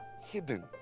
Hidden